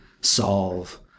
solve